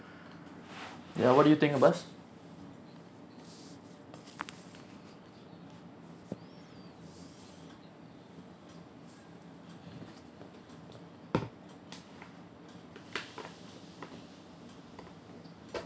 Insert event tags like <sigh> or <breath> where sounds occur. <breath> ya what do you think the best